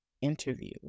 interview